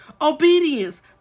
Obedience